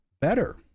better